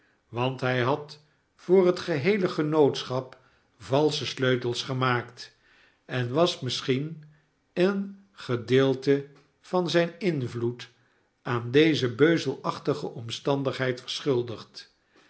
want hij had voor het geheele genootschap valsche sleutels gemaakt en was misschien een gedeelte van zijn invloed aan deze beuzelachtige omstandigheid verschuldigd